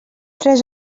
tres